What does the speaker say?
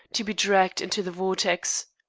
to be dragged into the vortex?